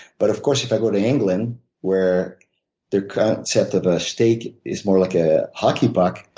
but of course if i go to england where their concept of a steak is more like a hockey puck,